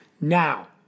now